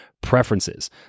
preferences